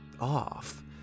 off